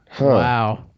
Wow